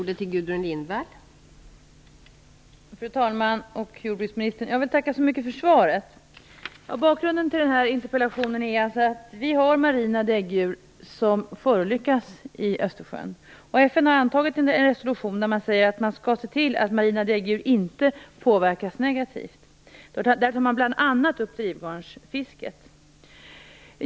Fru talman! Jordbruksministern! Jag vill tacka så mycket för svaret. Bakgrunden till denna interpellation är att vi har marina däggdjur som förolyckas i Östersjön. FN har antagit en resolution där det sägs att man skall se till att marina däggdjur inte påverkas negativt. Där tar man bl.a. upp drivgarnsfisket.